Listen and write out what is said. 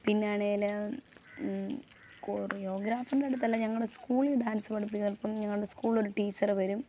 പിന്നാണേൽ കൊറിയോഗ്രാഫറിൻറ്റടുത്തല്ല ഞങ്ങളുടെ സ്കൂളിൽ ഡാൻസ് പഠിപ്പിക്കുന്ന ഞങ്ങളുടെ സ്കൂളിലൊരു ടീച്ചറ് വരും